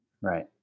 Right